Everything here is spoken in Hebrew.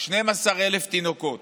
12,000 תינוקות.